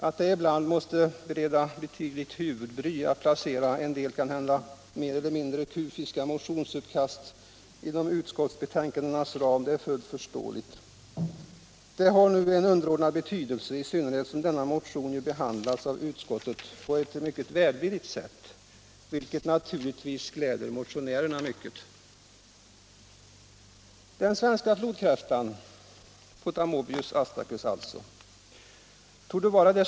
Att det ibland måste bereda betydligt huvudbry att placera en del kanhända mer eller mindre kufiska motionsuppkast, bildligt talat, inom utskottsbetänkandenas ram, är fullt förståeligt. Men det har nu en underordnad betydelse, i synnerhet när denna motion ju behandlats av utskottet på ett mycket välvilligt sätt, vilket naturligtvis gläder motionärerna mycket.